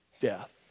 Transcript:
death